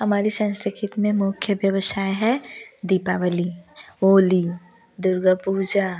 हमारे संस्कृति में मुख्य व्यवसाय है दीपावली होली दुर्गा पूजा